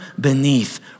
beneath